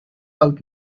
out